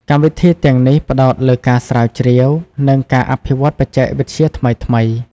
កម្មវិធីទាំងនេះផ្តោតលើការស្រាវជ្រាវ និងការអភិវឌ្ឍបច្ចេកវិទ្យាថ្មីៗ។